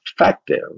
effective